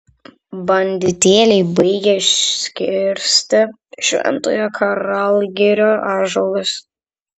banditėliai baigia iškirsti šventojo karalgirio ąžuolus